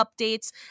updates